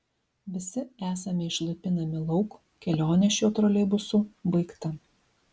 visi esame išlaipinami lauk kelionė šiuo troleibusu baigta